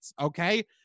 okay